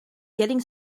getting